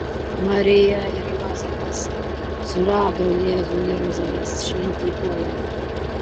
marija ir juozapas surado jėzų jeruzalės šventykloje